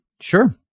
Sure